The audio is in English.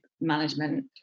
management